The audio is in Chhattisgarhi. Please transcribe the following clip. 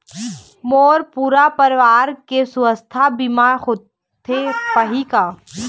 मोर पूरा परवार के सुवास्थ बीमा होथे पाही का?